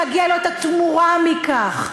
שמגיעה לו התמורה מכך,